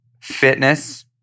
fitness